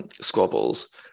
squabbles